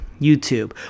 YouTube